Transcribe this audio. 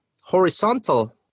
horizontal